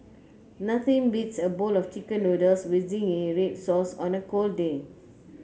nothing beats a bowl of chicken noodles with zingy red sauce on a cold day